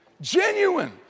genuine